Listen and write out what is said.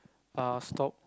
uh stop